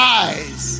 eyes